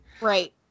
Right